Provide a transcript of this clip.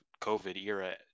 COVID-era